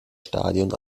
stadion